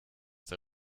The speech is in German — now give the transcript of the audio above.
der